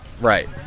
Right